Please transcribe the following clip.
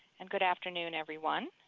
and good afternoon everyone.